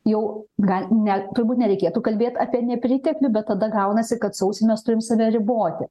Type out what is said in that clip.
jau gal net turbūt nereikėtų kalbėt apie nepriteklių bet tada gaunasi kad sausį mes turim save riboti